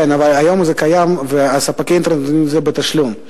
כן, היום זה קיים, אבל ספקים נותנים את זה בתשלום.